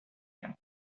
and